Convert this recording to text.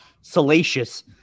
salacious